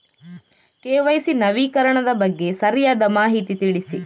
KYC ನವೀಕರಣದ ಬಗ್ಗೆ ಸರಿಯಾದ ಮಾಹಿತಿ ತಿಳಿಸಿ?